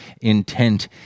intent